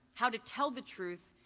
how to tell the truth,